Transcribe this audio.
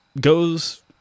goes